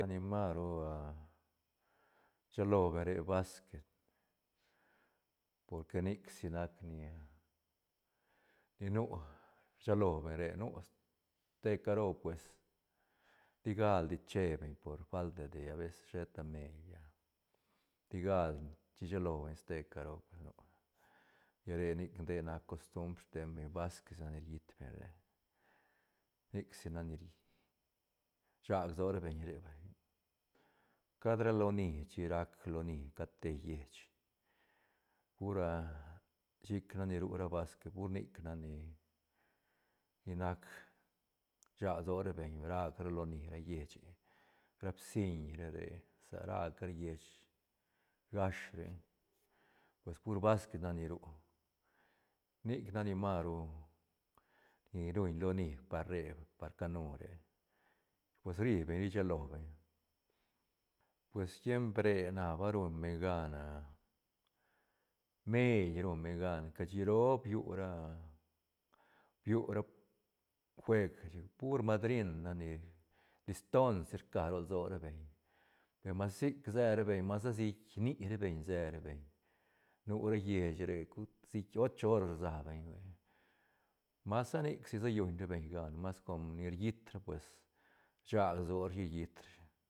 Ni maru ah rsilo beñ re basquet por que nic si nac ni a ni nu rsilo beñ re nu ste caro pues ti galdi che beñ por falta de habeces sheta meil ah ti galdi chishi lo beñ ste caro lla re nic nde nac costumbr steñ beñ basquet sa ni riit beñ re nic si nac ni rsag lso ra beñ re vay cad ra loni chi rac loni cat te lleich pur ah chic ra ni ru ra basquet pur nic nac ni- ni nac rsag lso ra beñ ra ca ra loni ra lleiche ra bsiñ ra re ra ca ra lleich gash re pues pur basquet nac ni ru nic nac ni maru ni ruñ loni par re par canu re pues ri beñ rishi lo beñ pues tiemp re na ba run beñ gan ah meil rum beñ gan chasi roo biu raa biu ra jueg cashi pur madrin nac ni liston si rca ro lso ra beñ per mas sic se ra beñ masa siic ni ra beñ se ra beñ nu ra lleiche re sic ocho horas rsa beñ hui masa nic si se lluñ ra beñ gan mas com ni riit ra pues rgac lsoa rashi riit rashi.